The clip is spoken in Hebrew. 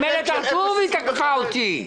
על מלט הרטוב תקפו אותי.